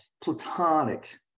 platonic